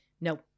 no